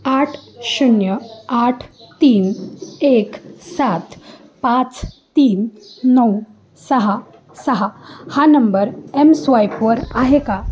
आठ शून्य आठ तीन एक सात पाच तीन नऊ सहा सहा हा नंबर एमस्वाईपवर आहे का